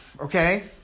okay